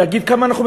להגיד כמה אנחנו,